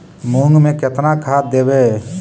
मुंग में केतना खाद देवे?